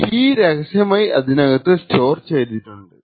key രഹസ്യമായി അതിനകത്തു store ചെയ്തിട്ടുണ്ട്